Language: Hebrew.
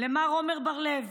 את מר עמר בר לב.